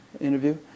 interview